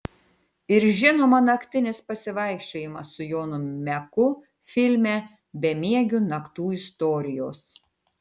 ir žinoma naktinis pasivaikščiojimas su jonu meku filme bemiegių naktų istorijos